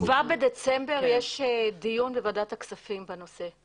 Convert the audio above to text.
ב-7 בדצמבר יש דיון בוועדת הכספים שתדון בנושא.